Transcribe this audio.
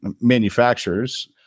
manufacturers